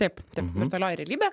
taip taip virtualioji realybė